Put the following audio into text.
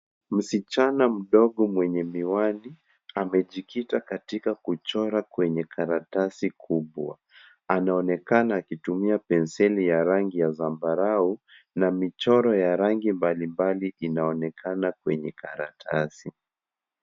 Msichana mdogo mwenye miwani amejikita katika kuchora kwenye karatasi kubwa. Anaonekana akitumoa penseli ya rangi ya zambarau na michoro ya rangi mbalimbali inaonekana kwenye karatasi.